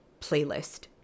playlist